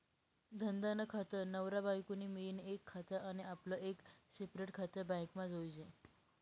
धंदा नं खातं, नवरा बायको नं मियीन एक खातं आनी आपलं एक सेपरेट खातं बॅकमा जोयजे